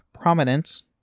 prominence